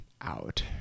out